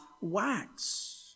wax